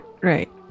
right